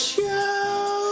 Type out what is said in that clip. Show